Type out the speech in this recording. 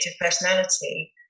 personality